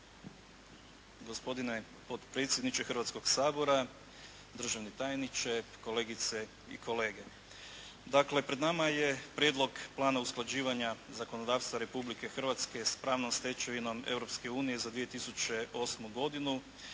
Gospodine potpredsjedniče Hrvatskog sabora, državni tajniče, kolegice i kolege. Dakle, pred nama je Prijedlog plana usklađivanja zakonodavstva Republike Hrvatske s pravnom stečevinom Europske unije za 2008. godinu